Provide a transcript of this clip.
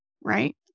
Right